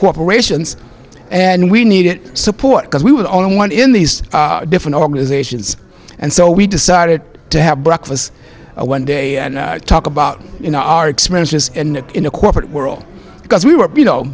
corporations and we needed support because we were the only one in these different organizations and so we decided to have breakfast one day and talk about you know our experiences in the corporate world because we were you know